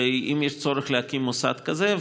ואם יש צורך להקים מוסד כזה.